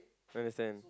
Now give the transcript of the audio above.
understand